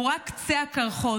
הוא רק קצה הקרחון.